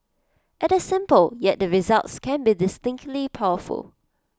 IT is simple yet the results can be distinctly powerful